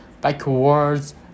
backwards